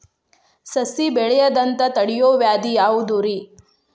ಸಸಿ ಬೆಳೆಯದಂತ ತಡಿಯೋ ವ್ಯಾಧಿ ಯಾವುದು ರಿ?